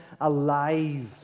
alive